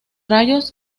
rayos